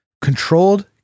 Controlled